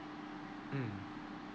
mm